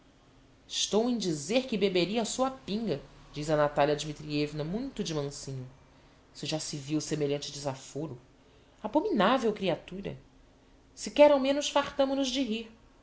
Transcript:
estou em dizer que beberia a sua pinga diz a natalia dmitrievna muito de mansinho se já se viu semelhante desaforo abominavel criatura se quer ao menos fartámo nos de rir